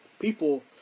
people